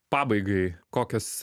pabaigai kokios